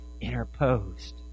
interposed